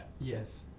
Yes